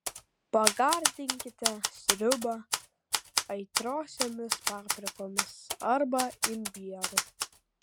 pagardinkite sriubą aitriosiomis paprikomis arba imbieru